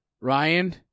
Ryan